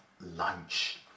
lunch